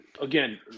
again